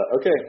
okay